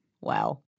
Wow